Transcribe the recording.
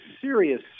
serious